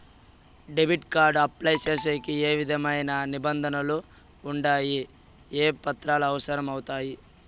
Debit card apply సేసేకి ఏ విధమైన నిబంధనలు ఉండాయి? ఏ పత్రాలు అవసరం అవుతాయి?